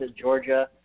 Georgia